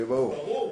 שיהיה ברור.